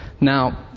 Now